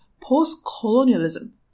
post-colonialism